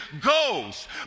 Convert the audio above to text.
goes